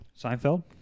Seinfeld